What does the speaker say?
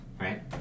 right